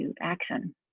action